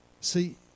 See